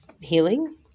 healing